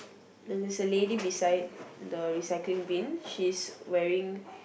then there's a lady beside the recycling bin she's wearing